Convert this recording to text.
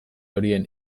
horien